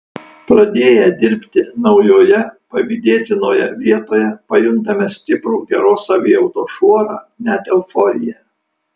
pradėję dirbti naujoje pavydėtinoje vietoje pajuntame stiprų geros savijautos šuorą net euforiją